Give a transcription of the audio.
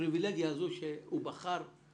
הפריבילגיה הזו שהוא בחר.